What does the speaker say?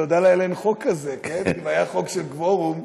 תפלס לעצמך דרך בהמון.